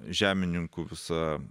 žemininkų visa